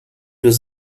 was